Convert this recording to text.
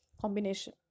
combination